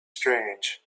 strange